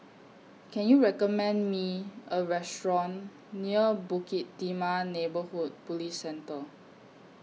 Can YOU recommend Me A Restaurant near Bukit Timah Neighbourhood Police Centre